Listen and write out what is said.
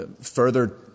further